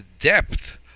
depth